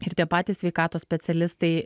ir tie patys sveikatos specialistai